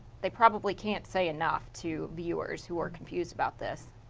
they probably can't say enough to viewers who are confused about this.